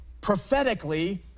prophetically